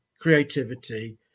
creativity